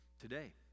today